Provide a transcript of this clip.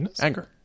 anger